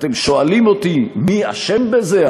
אתם שואלים אותי מי אשם בזה?